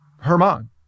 Herman